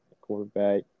quarterback